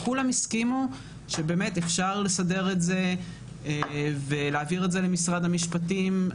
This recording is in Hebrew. כולם הסכימו שאפשר לסדר את זה ולהעביר את זה למשרד המשפטים.